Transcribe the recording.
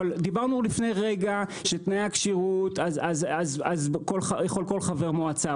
אבל דיברנו לפני רגע שתנאי הכשירות אז יכול כל חבר מועצה,